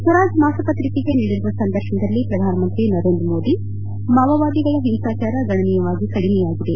ಸ್ವರಾಜ್ಯ ಮಾಸಪತ್ರಿಕೆಗೆ ನೀಡಿರುವ ಸಂದರ್ತನದಲ್ಲಿ ಪ್ರಧಾನಮಂತ್ರಿ ನರೇಂದ್ರ ಮೋದಿ ಮಾವೋವಾದಿಗಳ ಹಿಂಸಾಚಾರ ಗಣನೀಯವಾಗಿ ಕಡಿಮೆಯಾಗಿದೆ